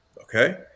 Okay